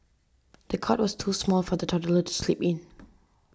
the cot was too small for the toddler to sleep in